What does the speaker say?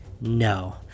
No